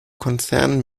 konzern